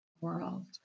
world